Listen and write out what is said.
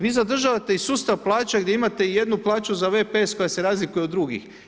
Vi zadržavate i sustav plaća gdje imate jednu plaću za VPS koja se razlikuje od drugih.